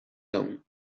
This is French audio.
laon